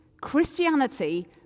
Christianity